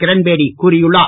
கிரண்பேடி கூறியுள்ளார்